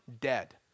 dead